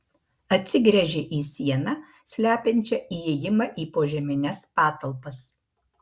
atsigręžė į sieną slepiančią įėjimą į požemines patalpas